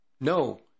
no